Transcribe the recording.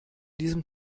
diesem